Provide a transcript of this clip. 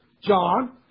John